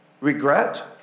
regret